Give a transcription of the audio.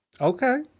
okay